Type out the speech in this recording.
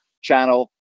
channel